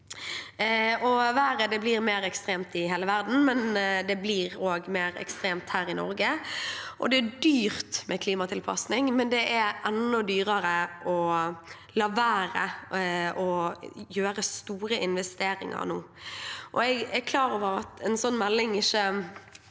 Været blir mer ekstremt i hele verden, men det blir også mer ekstremt her i Norge. Det er dyrt med klimatilpasning, men det er enda dyrere å la være å gjøre store investeringer nå. Jeg er klar over at en melding ikke er